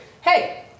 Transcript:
hey